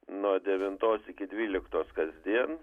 nuo devintos iki dvyliktos kasdien